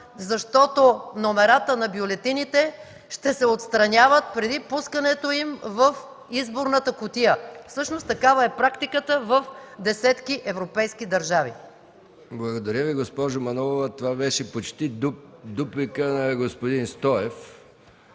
защото номерата на бюлетините ще се отстраняват преди пускането им в изборната кутия. Всъщност такава е практиката в десетки европейски държави. ПРЕДСЕДАТЕЛ МИХАИЛ МИКОВ: Благодаря Ви, госпожо Манолова. Това беше почти дуплика на господин Стоев,